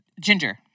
Ginger